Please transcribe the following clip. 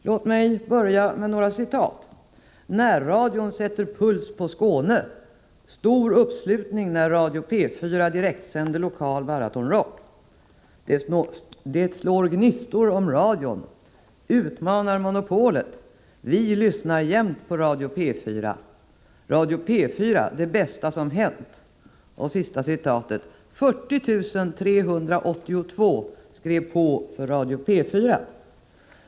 Låt mig börja med några citat: ”Närradion sätter puls på Skåne”, ”Stor uppslutning när Radio P 4 direktsände lokal maratonrock”, ”Det slår gnistor om radion”, ”Utmanar monopolet”, ”Vi lyssnar jämt på Radio P4”, ”Radio P4 det bästa som hänt” och ”40 382 skrev på för Radio P4”.